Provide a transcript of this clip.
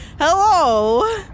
Hello